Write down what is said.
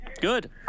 Good